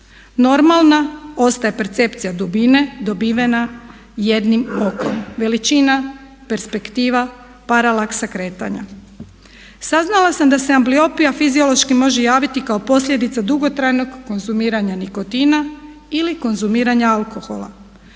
Normalna ostaje percepcija dubine dobivena jednim okom. Veličina, perspektiva, paralaks kretanja. Saznala sam da se ambliopija fiziološki može javiti kao posljedica dugotrajnog konzumiranja nikotina ili konzumiranja alkohola